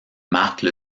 marque